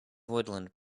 woodland